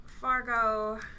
Fargo